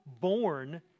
born